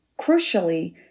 crucially